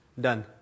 Done